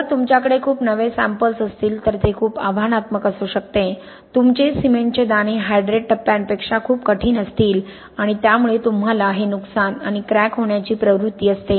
जर तुमच्याकडे खूप नवे सॅम्पल्स असतील तर ते खूप आव्हानात्मक असू शकते तुमचे सिमेंटचे दाणे हायड्रेट टप्प्यांपेक्षा खूप कठीण असतील आणि त्यामुळे तुम्हाला हे नुकसान आणि क्रॅक होण्याची प्रवृत्ती असते